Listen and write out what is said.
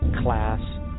class